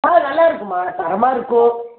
ஆ நல்லா இருக்குதும்மா தரமாக இருக்கும்